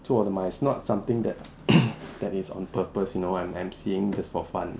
做的 mah it's not something that that is on purpose you know I'm M_C-ing just for fun